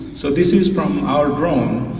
so this is from our drone.